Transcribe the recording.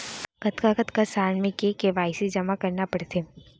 कतका कतका साल म के के.वाई.सी जेमा करना पड़थे?